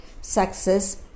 success